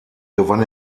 gewann